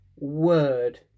word